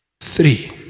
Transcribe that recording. Three